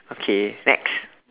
okay next